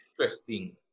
interesting